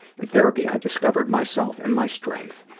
in therapy, i discovered myself and my strength.